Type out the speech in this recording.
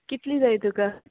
कितलीं जाय तुका